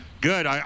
Good